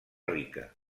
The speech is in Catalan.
rica